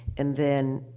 and then,